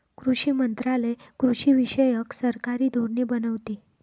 कृषी मंत्रालय कृषीविषयक सरकारी धोरणे बनवते